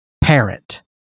parent